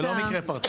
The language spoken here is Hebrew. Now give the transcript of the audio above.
זה לא מקרה פרטני.